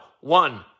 one